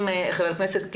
חבר הכנסת קלנר,